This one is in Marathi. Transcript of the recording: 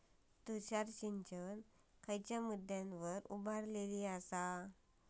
तुषार सिंचन खयच्या मुद्द्यांवर उभारलेलो आसा?